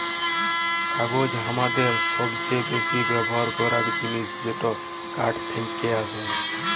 কাগজ হামাদের সবচে বেসি ব্যবহার করাক জিনিস যেটা কাঠ থেক্কে আসেক